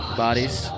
bodies